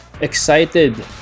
excited